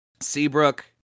Seabrook